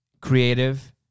creative